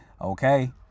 Okay